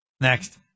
Next